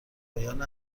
پایان